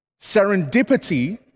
Serendipity